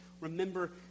remember